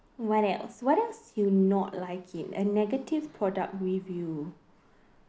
what else what else you not like it a negative product review